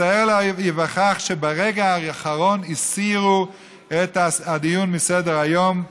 מצער להיווכח שברגע האחרון הסירו את הדיון מסדר-היום,